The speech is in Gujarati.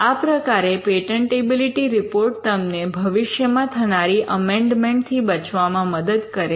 આ પ્રકારે પેટન્ટેબિલિટી રિપોર્ટ તમને ભવિષ્યમાં થનારી અમેન્ડમન્ટ થી બચવામાં મદદ કરે છે